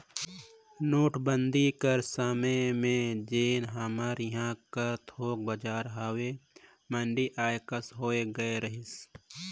नोटबंदी कर समे में जेन हमर इहां कर थोक बजार हवे मंदी आए कस होए गए रहिस